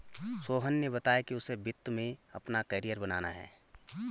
सोहन ने बताया कि उसे वित्त में अपना कैरियर बनाना है